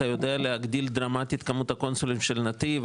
אתה יודע להגדיל דרמטית את כמות הקונסולים של "נתי"ב",